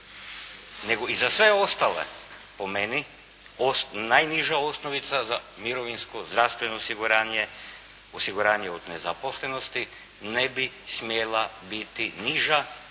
nego i za sve ostale, po meni najniža osnovica za mirovinsko, zdravstveno osiguranje, osiguranje od nezaposlenosti ne bi smjela biti niža